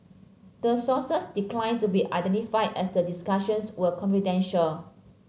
the sources declined to be identified as the discussions were confidential